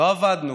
לא עבדנו.